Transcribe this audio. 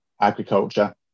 agriculture